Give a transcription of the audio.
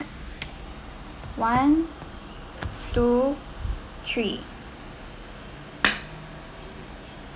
one two three